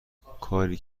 کاری